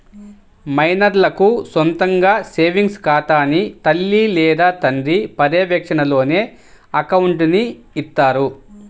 మైనర్లకు సొంతగా సేవింగ్స్ ఖాతాని తల్లి లేదా తండ్రి పర్యవేక్షణలోనే అకౌంట్ని ఇత్తారు